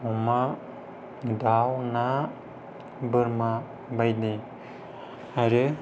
अमा दाउ ना बोरमा बायदि आरो